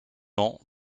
ans